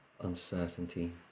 uncertainty